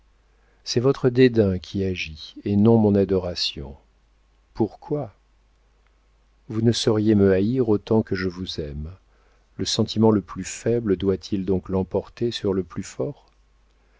c'est votre dédain qui agit et non mon adoration pourquoi vous ne sauriez me haïr autant que je vous aime le sentiment le plus faible doit-il donc l'emporter sur le plus fort